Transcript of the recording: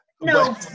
No